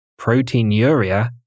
proteinuria